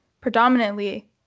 predominantly